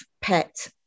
pet